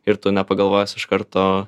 ir tu nepagalvojęs iš karto